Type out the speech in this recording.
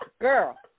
girl